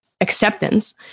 acceptance